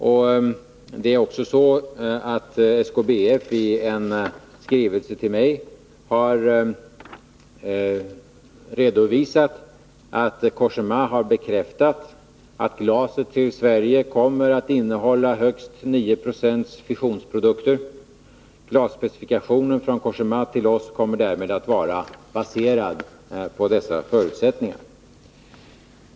Och det är också så att SKBF i en skrivelse till mig redovisat att Cogéma har bekräftat att glaset till Sverige kommer att innehålla högst 9 Z fissionsprodukter. Glasspecifikationen från Cogéma till oss kommer därmed att vara baserad på dessa förutsättningar.